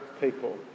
people